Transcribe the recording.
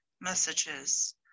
messages